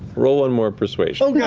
roll one more persuasion yeah